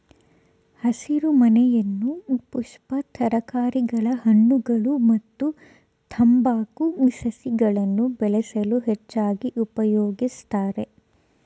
ಹಸಿರುಮನೆಯನ್ನು ಪುಷ್ಪ ತರಕಾರಿಗಳ ಹಣ್ಣುಗಳು ಮತ್ತು ತಂಬಾಕು ಸಸಿಗಳನ್ನು ಬೆಳೆಸಲು ಹೆಚ್ಚಾಗಿ ಉಪಯೋಗಿಸ್ತರೆ